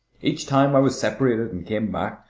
each time i was separated and came back,